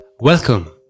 welcome